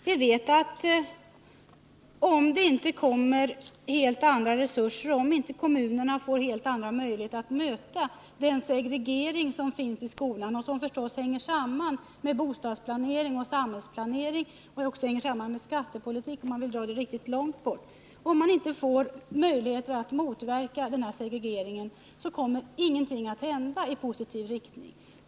Vi vet att om det inte ges helt andra resurser och om kommunerna inte får helt andra möjligheter att motverka den segregering som finns i skolan och som förstås hänger samman med bostadsplanering och samhällsplanering, och även med skattepolitik om man vill gå riktigt långt. så kommer ingenting 47 att hända i positiv riktning.